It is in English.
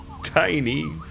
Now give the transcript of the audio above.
tiny